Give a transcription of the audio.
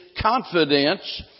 confidence